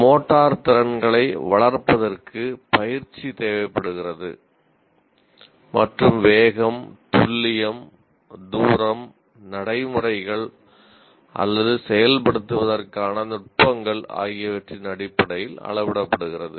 motor திறன்களை வளர்ப்பதற்கு பயிற்சி தேவைப்படுகிறது மற்றும் வேகம் துல்லியம் தூரம் நடைமுறைகள் அல்லது செயல்படுத்துவதற்கான நுட்பங்கள் ஆகியவற்றின் அடிப்படையில் அளவிடப்படுகிறது